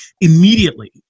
immediately